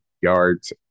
yards